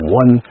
one